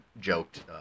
joked